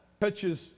touches